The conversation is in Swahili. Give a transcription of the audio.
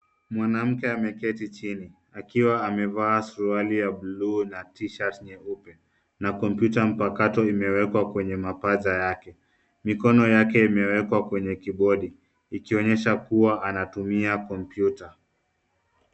Mwanamke ameketi chini. Akiwa amevaa suruali ya blue na t-shirt nyeupe. Na komputa mpakato imewekwa kwenye mapaja yake. Mikono yake imewekwa kwenye kibodi, ikionyesha kuwa anatumia komputa.